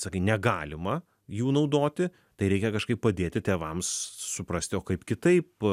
sakai negalima jų naudoti tai reikia kažkaip padėti tėvams suprasti o kaip kitaip